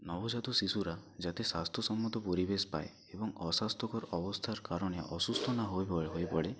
নবজাত শিশুরা যাতে স্বাস্থ্যসম্মত পরিবেশ পায় এবং অস্বাস্থ্যকর অবস্থার কারণে অসুস্থ না হয়ে পড়ে হয়ে পড়ে